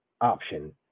option